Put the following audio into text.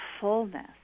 fullness